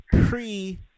pre